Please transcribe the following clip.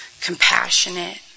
compassionate